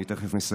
אני תכף מסיים,